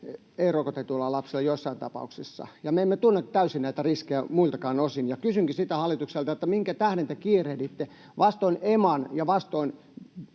ei-rokotetuilla lapsilla joissain tapauksissa, ja me emme täysin tunne näitä riskejä muiltakaan osin. Kysynkin hallitukselta sitä, minkä tähden te kiirehditte vastoin EMAn ja vastoin